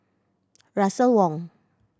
Russel Wong